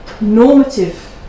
normative